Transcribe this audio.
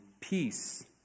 peace